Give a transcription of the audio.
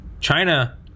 China